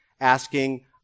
asking